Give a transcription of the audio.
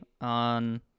on